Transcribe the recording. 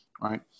right